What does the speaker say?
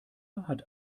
hat